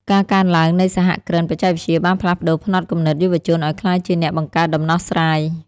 ការកើនឡើងនៃសហគ្រិនបច្ចេកវិទ្យាបានផ្លាស់ប្តូរផ្នត់គំនិតយុវជនឱ្យក្លាយជាអ្នកបង្កើតដំណោះស្រាយ។